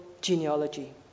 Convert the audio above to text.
genealogy